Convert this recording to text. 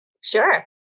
Sure